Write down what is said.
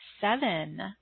seven